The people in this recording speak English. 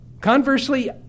conversely